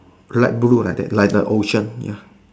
light blue like that like the ocean ya